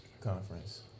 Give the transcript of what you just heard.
conference